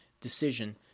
decision